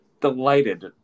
delighted